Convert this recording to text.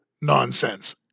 nonsense